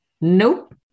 Nope